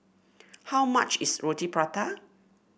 how much is Roti Prata